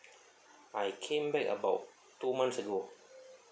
I came back about two months ago